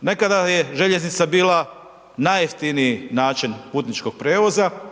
Nekada je željeznica bila najjeftiniji način putničkog prijevoza,